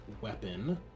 weapon